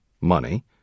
money